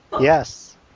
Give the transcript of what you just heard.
Yes